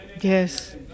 yes